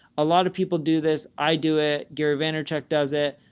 a lot of people do this. i do it. gary vaynerchuk does it.